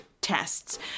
tests